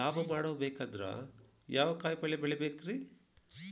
ಲಾಭ ಮಾಡಕೊಂಡ್ರ ಯಾವ ಕಾಯಿಪಲ್ಯ ಬೆಳಿಬೇಕ್ರೇ?